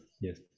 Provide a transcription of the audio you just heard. yes